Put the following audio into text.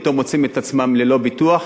פתאום הם מוצאים את עצמם ללא ביטוח.